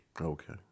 Okay